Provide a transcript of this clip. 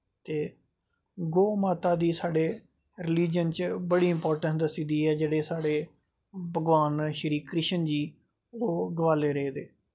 ते गौ माता दी साढ़े रलिज़न च बड़ा जैदा इंपार्टैंस दस्सी दी ऐ जेह्ड़े साढ़े भगवान श्री कृष्ण जी ओह् गवाले रेह् दे न